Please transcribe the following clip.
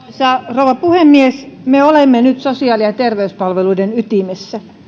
rouva puhemies me olemme nyt sosiaali ja terveyspalveluiden ytimessä